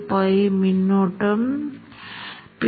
5 milli விநாடிகள் அதைச் செய்வேன் என்று சொல்லலாம்